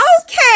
Okay